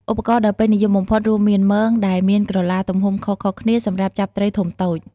ឧបករណ៍ដ៏ពេញនិយមបំផុតរួមមាន មង ដែលមានក្រឡាទំហំខុសៗគ្នាសម្រាប់ចាប់ត្រីធំតូច។